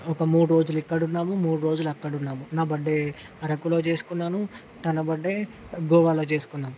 ఒక మూడు రోజులు ఇక్కడ ఉన్నాము మూడు రోజులు అక్కడ ఉన్నాము నా బర్త్డే అరకులో చేసుకున్నాను తన బర్త్డే గోవాలో చేసుకున్నాము